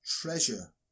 treasure